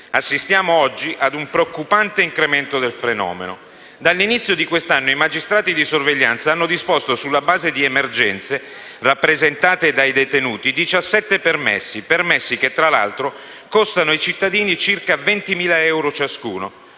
assistiamo a un preoccupante incremento del fenomeno. Dall'inizio di questo anno i magistrati di sorveglianza hanno disposto, sulla base di emergenze rappresentate dai detenuti, 17 permessi, che, tra l'altro, costano ai cittadini circa 20.000 euro ciascuno.